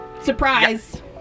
Surprise